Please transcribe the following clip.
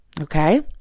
Okay